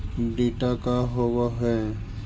टीडा का होव हैं?